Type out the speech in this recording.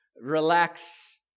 Relax